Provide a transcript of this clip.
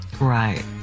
Right